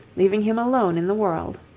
leaving him alone in the world.